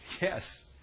Yes